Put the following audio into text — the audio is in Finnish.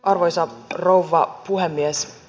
arvoisa rouva puhemies